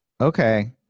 okay